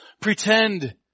pretend